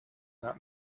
not